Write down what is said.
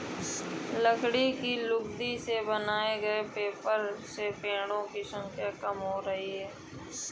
लकड़ी की लुगदी से बनाए गए पेपर से पेङो की संख्या कम हो रही है